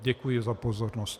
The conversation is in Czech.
Děkuji za pozornost.